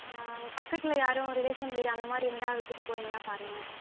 பக்கத்தில் யாரும் ரிலேஷன் வீடு அந்தமாதிரி இருந்தால் விட்டுவிட்டு போகறீங்களா பாருங்கள்